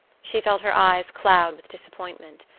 she felt her eyes cloud with disappointment.